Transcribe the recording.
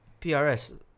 PRS